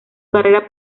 carrera